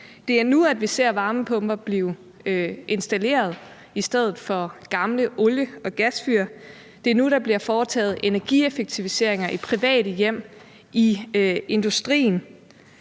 Det er nu, vi ser varmepumper blive installeret i stedet for gamle olie- og gasfyr. Det er nu, der bliver foretaget energieffektiviseringer i private hjem, i industrien.